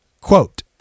quote